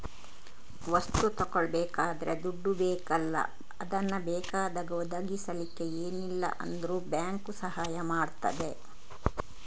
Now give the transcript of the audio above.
ವಸ್ತು ತಗೊಳ್ಬೇಕಾದ್ರೆ ದುಡ್ಡು ಬೇಕಲ್ಲ ಅದನ್ನ ಬೇಕಾದಾಗ ಒದಗಿಸಲಿಕ್ಕೆ ಏನಿಲ್ಲ ಅಂದ್ರೂ ಬ್ಯಾಂಕು ಸಹಾಯ ಮಾಡ್ತದೆ